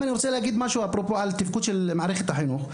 אני רוצה להגיד משהו על התפקוד של מערכת החינוך,